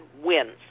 wins